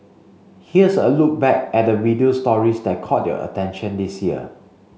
here's a look back at the video stories that caught your attention this year